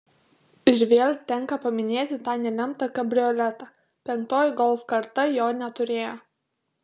ir vėl tenka paminėti tą nelemtą kabrioletą penktoji golf karta jo neturėjo